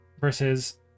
versus